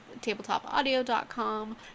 TabletopAudio.com